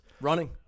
Running